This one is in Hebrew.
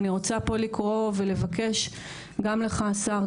אני רוצה פה לקרוא ולבקש גם ממך השר,